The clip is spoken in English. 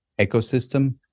ecosystem